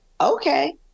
okay